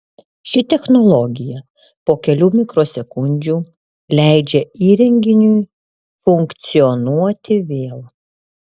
ši technologija po kelių mikrosekundžių leidžia įrenginiui funkcionuoti vėl